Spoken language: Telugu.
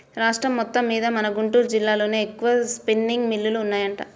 రాష్ట్రం మొత్తమ్మీద మన గుంటూరు జిల్లాలోనే ఎక్కువగా స్పిన్నింగ్ మిల్లులు ఉన్నాయంట